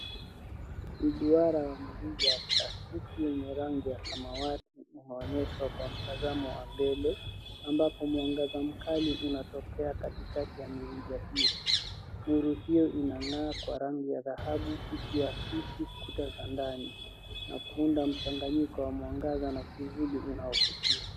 Ni duara wa mirija ya plastiki wenye rangi ya samawati imeonyeshwa kwa mtazamo wa mbele ambapo mwangaza mkali unatokea katikati ya mirija hio. Nuru hio inangaa kwa rangi ya dhahabu ikiakisi kita za ndani na kuunda mchanganyiko wa mwangaza na kivuli unaopitia.